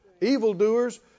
Evildoers